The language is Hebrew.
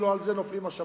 לא על זה נופלים השמים,